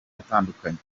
atandukanye